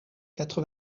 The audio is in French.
quatre